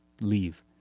leave